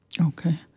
Okay